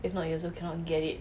if not you also cannot get it